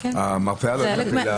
המרפאה לא הייתה פעילה,